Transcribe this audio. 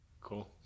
Cool